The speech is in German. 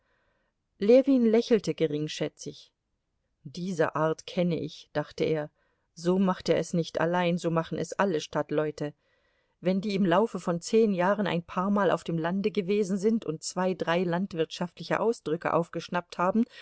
ljewin lächelte geringschätzig diese art kenne ich dachte er so macht er es nicht allein so ma chen es alle stadtleute wenn die im laufe von zehn jahren ein paarmal auf dem lande gewesen sind und zwei drei landwirtschaftliche ausdrücke aufgeschnappt haben